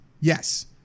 Yes